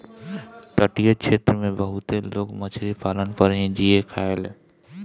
तटीय क्षेत्र में बहुते लोग मछरी पालन पर ही जिए खायेला